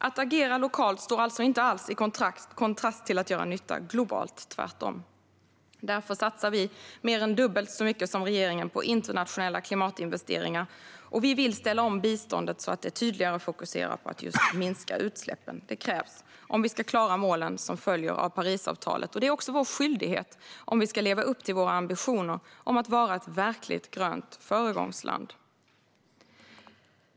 Att agera lokalt står alltså inte alls i kontrast till att göra nytta globalt, tvärtom. Därför satsar vi mer än dubbelt så mycket som regeringen på internationella klimatinvesteringar, och vi vill ställa om biståndet så att det tydligare fokuserar på att just minska utsläppen. Det krävs om vi ska klara målen som följer av Parisavtalet. Det är också vår skyldighet om vi ska leva upp till våra ambitioner att vara ett verkligt grönt föregångsland.